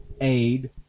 aid